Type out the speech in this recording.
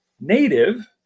native